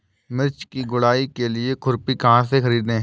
मिर्च की गुड़ाई के लिए खुरपी कहाँ से ख़रीदे?